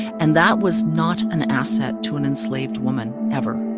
and that was not an asset to an enslaved woman, ever,